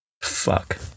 Fuck